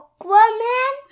Aquaman